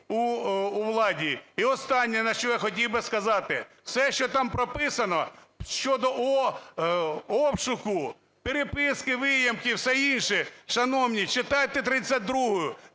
у владі. І останнє, що я хотів би сказати. Все, що там прописано щодо обшуку, переписки, виїмки все інше. Шановні, читайте 32-у.